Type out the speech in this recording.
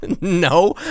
no